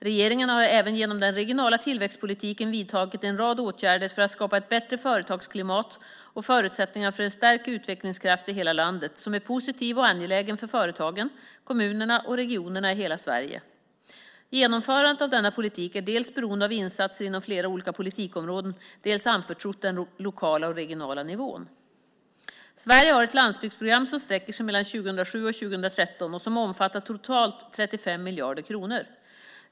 Regeringen har även genom den regionala tillväxtpolitiken vidtagit en rad åtgärder för att skapa ett bättre företagsklimat och förutsättningar för en stärkt utvecklingskraft i hela landet som är positiv och angelägen för företagen, kommunerna och regionerna i hela Sverige. Genomförandet av denna politik är dels beroende av insatser inom flera olika politikområden, dels anförtrott den lokala och regionala nivån. Sverige har ett landsbygdsprogram som sträcker sig mellan 2007 och 2013 och som omfattar totalt 35 miljarder kronor.